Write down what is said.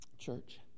church